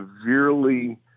severely